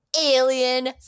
Alien